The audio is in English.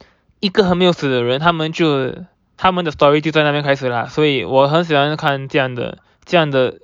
一个还没有死的人他们就他们的 story 就在那边开始啦所以我很喜欢看这样这样的